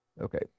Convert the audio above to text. Okay